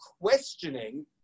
questioning